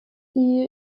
die